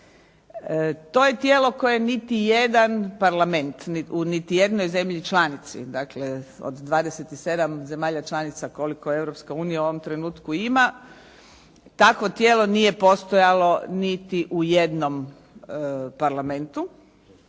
To je tijelo koje niti jedan Parlament, niti u jednoj zemlji članici, dakle od 27 zemalja članica koliko Europska unija u ovom trenutku ima, takvo tijelo nije postojalo niti u jednom Parlamentu,